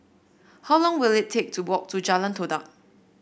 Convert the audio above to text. how long will it take to walk to Jalan Todak